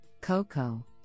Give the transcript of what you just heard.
CoCo